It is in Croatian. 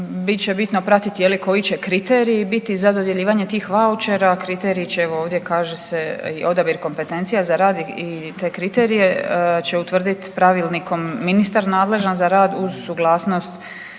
Bit će bitno pratiti je li koji će kriteriji biti za dodjeljivanje tih vaučera. Kriteriji će evo ovdje kaže se odabir kompetencija za rad i te kriterije će utvrdit pravilnikom ministar nadležan za rad uz suglasnost